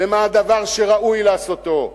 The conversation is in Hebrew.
ומה הדבר שראוי לעשותו,